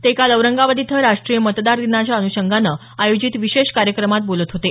ते काल औरंगाबाद इथं राष्ट्रीय मतदार दिनाच्या अन्षंगानं आयोजित विशेष कार्यक्रमात बोलत होते